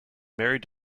married